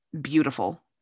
beautiful